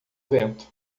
vento